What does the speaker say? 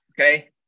Okay